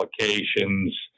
applications